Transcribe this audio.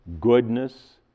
goodness